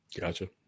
gotcha